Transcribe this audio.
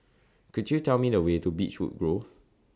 Could YOU Tell Me The Way to Beechwood Grove